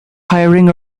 hiring